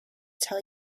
tell